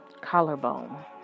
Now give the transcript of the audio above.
Collarbone